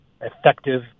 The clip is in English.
effective